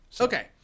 Okay